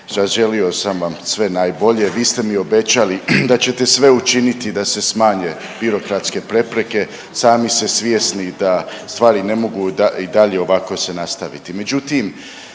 zaželio sam vam sve najbolje. Vi ste mi obećali da ćete sve učiniti da se smanje birokratske prepreke. Sami ste svjesni da stvari ne mogu i dalje ovako se nastaviti.